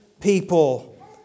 people